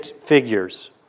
figures